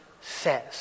says